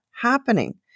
happening